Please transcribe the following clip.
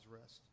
rest